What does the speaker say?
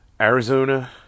Arizona